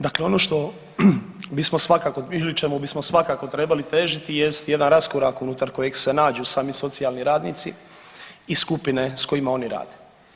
Dakle ono što, mi smo svakako ili čemu bismo svakako trebali težiti jest jedan raskorak unutar kojeg se nađu sami socijalni radnici i skupine s kojima oni rade.